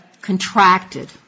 contracted